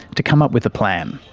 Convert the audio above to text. to come up with a plan.